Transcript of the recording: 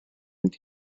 mynd